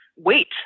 wait